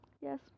yes